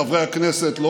חבר הכנסת גולן, מספיק.